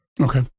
Okay